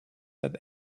that